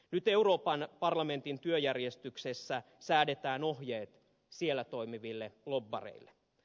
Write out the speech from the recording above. nyt euroopan parlamentin työjärjestyksessä säädetään ohjeet siellä toimiville lobbareille